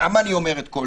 למה אני אומר את זה